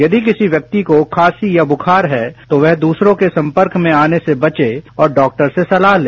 यदि किसी व्यक्ति को खांसी या बुखार है तो वह दूसरे के सम्पर्क में आने से बचे और डॉक्टर से सलाह ले